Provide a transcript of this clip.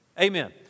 Amen